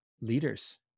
leaders